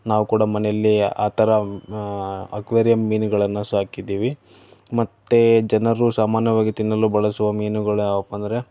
ನಾವು ಕೂಡ ಮನೆಯಲ್ಲಿ ಆ ಥರ ಅಕ್ವೇರಿಯಮ್ ಮೀನುಗಳನ್ನು ಸಾಕಿದ್ದೀವಿ ಮತ್ತೆ ಜನರು ಸಾಮಾನ್ಯವಾಗಿ ತಿನ್ನಲು ಬಳಸುವ ಮೀನುಗಳು ಆಫ್ ಅಂದರೆ